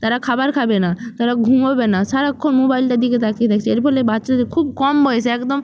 তারা খাবার খাবে না তারা ঘুমাবে না সারাক্ষণ মোবাইলটার দিকে তাকিয়ে থাকছে এর ফলে বাচ্চাদের খুব কম বয়সে একদম